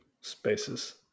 spaces